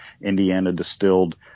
Indiana-distilled